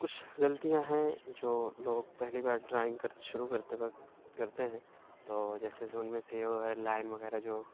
کچھ غلطیاں ہیں جو لوگ پہلی بار ڈرائنگ کرتے شروع کرتے وقت کرتے ہیں تو جیسے جو اُن میں سے وہ ہے لائن وغیرہ جو